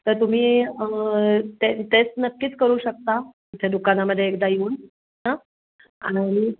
तर तुम्ही ते टेस्ट नक्कीच करू शकता इथे दुकानामध्ये एकदा येऊन हं आणि